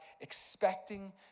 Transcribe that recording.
expecting